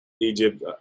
Egypt